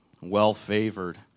well-favored